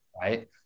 Right